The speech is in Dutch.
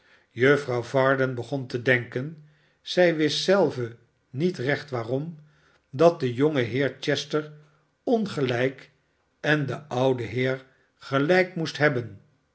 juffrouw varden begon te denken zij wist zelve niet recht waarom dat de jonge heer chester ongelijk en de oude heer gelijk moest hebben